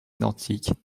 identiques